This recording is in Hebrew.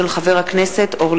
מאת חבר הכנסת אמנון